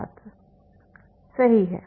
छात्र सही है